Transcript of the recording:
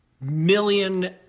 million